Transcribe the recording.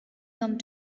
come